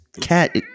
cat